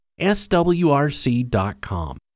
swrc.com